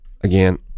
Again